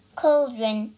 cauldron